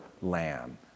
lamb